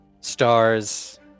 Stars